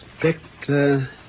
Inspector